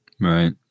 Right